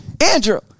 Andrew